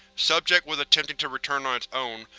subject was attempting to return on its own,